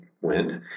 went